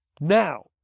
Now